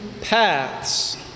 paths